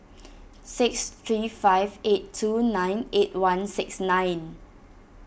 six three five eight two nine eight one six nine